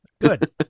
Good